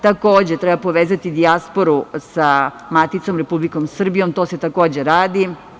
Takođe, treba povezati dijasporu sa maticom Republikom Srbijom, to se takođe radi.